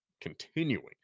continuing